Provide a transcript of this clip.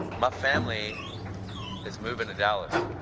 my family is moving to dallas.